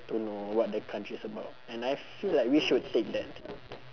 to know what the country is about and I feel like we should take that